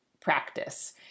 practice